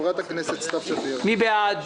מי בעד?